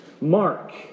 Mark